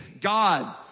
God